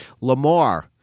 Lamar